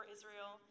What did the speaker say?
Israel